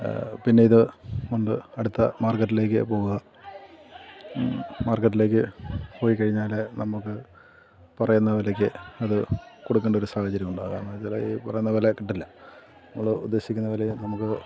പിന്നെ ഇത് കൊണ്ട് അടുത്ത മാർക്കറ്റിലേക്ക് പോവുക മാർക്കറ്റിലേക്ക് പോയിക്കഴിഞ്ഞാൽ നമുക്ക് പറയുന്ന വിലയ്ക്ക് അത് കൊടുക്കേണ്ട ഒരു സാഹചര്യം ഉണ്ടാവുക കാരണം വച്ചാൽ ഈ പറയുന്ന വില കിട്ടില്ല നമ്മൾ ഉദ്ദേശിക്കുന്ന വില നമുക്ക്